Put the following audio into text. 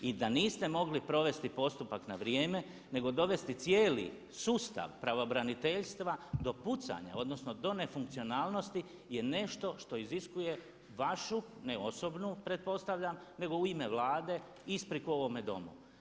I da niste mogli provesti postupak na vrijeme nego dovesti cijeli sustav pravobraniteljstva do pucanja, odnosno do nefunkcionalnosti je nešto što iziskuje važu, ne osobnu pretpostavljam, nego u ime Vlade ispriku ovome Domu.